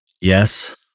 Yes